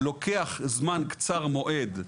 לוקח זמן קצר מועד,